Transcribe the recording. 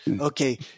Okay